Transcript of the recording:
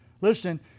listen